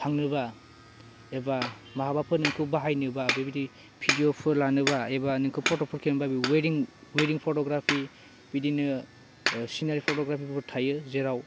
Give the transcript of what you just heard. थांनोबा एबा माबाफोरखौ बाहायनोबा बे बायदि भिडिअफोर लानोबा एबा नोंखौ फट'फोर खेबनोबा बेफोरबायदि वेरिं वेरिं फटग्राफि बिदिनो सिनारि फटग्रापिफोरबो थायो जेराव